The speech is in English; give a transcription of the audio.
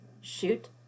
shoot